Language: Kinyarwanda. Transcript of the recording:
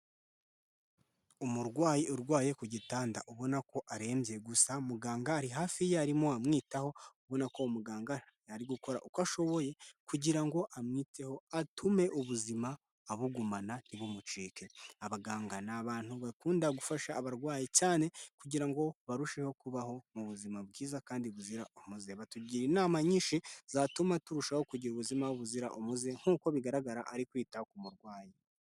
Umurwayi urwaye ku gitanda ubona ko arembye, gusa muganga ari hafi ye arimo amwitaho, ubona ko muganga ari gukora uko ashoboye kugira ngo amwiteho atume ubuzima abugumana ntibumucike. Abaganga ni abantu bakunda gufasha abarwayi cyane kugira ngo barusheho kubaho mu buzima bwiza kandi buzira umuze, batugira inama nyinshi zatuma turushaho kugira ubuzima buzira umuze, nk'uko bigaragara ari kwita ku murwayi.